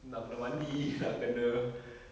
nak kena mandi nak kena